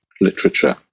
literature